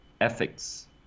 ethics